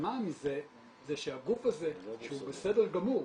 המסקנה מזה שהגוף הזה שהוא בסדר גמור,